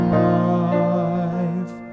life